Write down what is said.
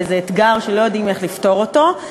באיזה אתגר שלא יודעים איך לפתור אותו,